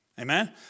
Amen